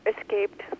escaped